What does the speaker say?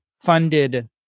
funded